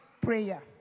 prayer